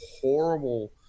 horrible